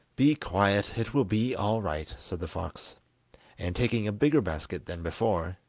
be quiet, it will be all right said the fox and taking a bigger basket than before,